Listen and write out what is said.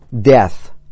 Death